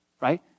right